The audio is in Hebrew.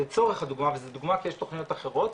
לצורך הדוגמא וזאת דוגמא כי יש תוכניות אחרות,